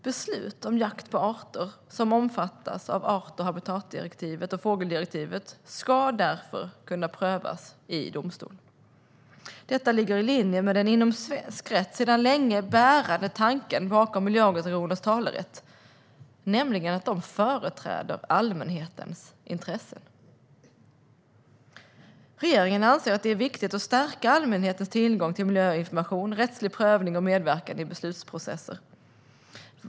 Beslut om jakt på arter som omfattas av art och habitatdirektivet och fågeldirektivet ska därför kunna prövas i domstol. Detta ligger i linje med den inom svensk rätt sedan länge bärande tanken bakom miljöorganisationers talerätt, nämligen att de företräder allmänhetens intressen. Regeringen anser att det är viktigt att stärka allmänhetens tillgång till miljöinformation, rättslig prövning och medverkan i beslutsprocesser.